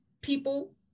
people